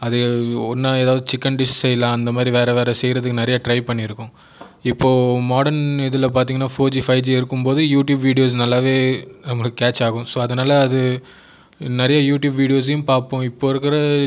அது ஒன்னா எதாவது சிக்கன் டிஷ் செய்யலாம் அந்த மாதிரி வேற வேற செய்கிறதுக்கு நிறைய ட்ரை பண்ணிருக்கோம் இப்போது மாடர்ன் இதில் பார்த்தீங்கன்னா ஃபோர்ஜி ஃபைவ்ஜி இருக்கும் போது யூடியூப் வீடியோஸ் நல்லாவே நம்மளுக்கு கேச் ஆகும் ஸோ அதனால் அது நிறைய யூடியூப் வீடியோஸையும் பார்ப்போம் இப்போது இருக்கிற